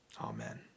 Amen